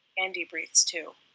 andy breathes too.